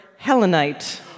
helenite